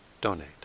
donate